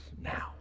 now